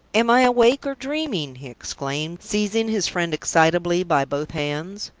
am i awake or dreaming? he exclaimed, seizing his friend excitably by both hands.